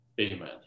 Amen